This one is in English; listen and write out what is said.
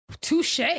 touche